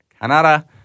Canada